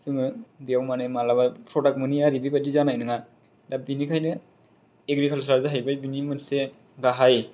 जोङो बेयाव माने मालाबा फ्रदाक्ट मोनै आरि बेबादि जानाय नङा दा बेनिखायनो एग्रिकालसारा जाहैबाय बेनि मोनसे गाहाय